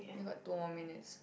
you got two more minutes